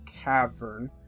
cavern